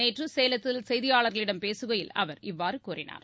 நேற்று சேலத்தில் செய்தியாளர்களிடம் பேசுகையில் அவர் இவ்வாறு கூறினார்